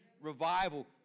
revival